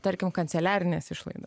tarkim kanceliarines išlaidas